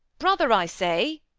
brother, i say!